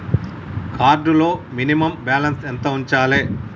Card లో minimum balance ఎంత ఉంచాలే?